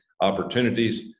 opportunities